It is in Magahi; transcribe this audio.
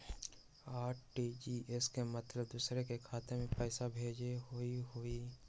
आर.टी.जी.एस के मतलब दूसरे के खाता में पईसा भेजे होअ हई?